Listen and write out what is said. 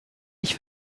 ich